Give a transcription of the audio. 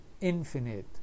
infinite